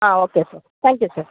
okay sir thank you sir